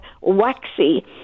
waxy